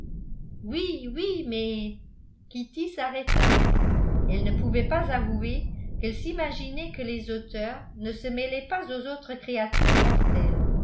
oui oui mais kitty s'arrêta elle ne pouvait pas avouer qu'elle s'imaginait que les auteurs ne se mêlaient pas aux autres créatures mortelles